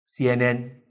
CNN